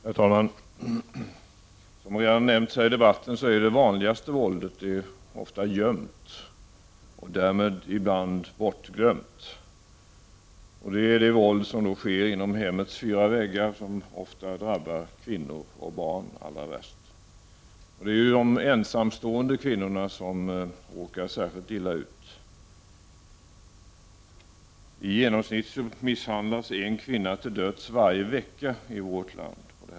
Herr talman! Som har nämnts här i debatten är det vanligaste våldet ofta gömt och därmed ibland bortglömt. Det är det våld som sker inom hemmets fyra väggar och som ofta drabbar kvinnor och barn allra värst. De ensamstå ende kvinnorna råkar särskilt illa ut. I genomsnitt misshandlas en kvinna till döds varje vecka i vårt land.